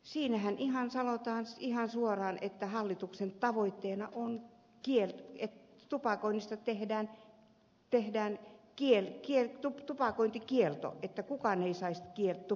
siinähän sanotaan ihan suoraan että hallituksen tavoitteena on että tehdään tupakointikielto että kukaan ei saisi tupakoida